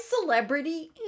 celebrity